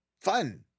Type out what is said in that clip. fun